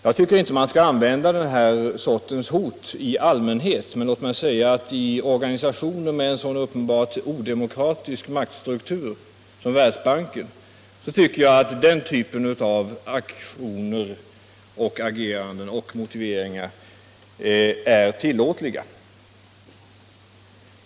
Jag tycker inte man bör använda den sortens hot i allmänhet, men i organisationer med en så uppenbart odemokratisk maktstruktur som Världsbankens tycker jag att den typen av aktioner är tillåtliga.